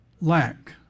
lack